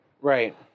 Right